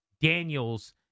Daniels